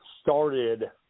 started